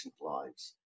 lives